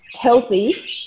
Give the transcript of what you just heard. healthy